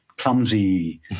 clumsy